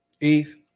eve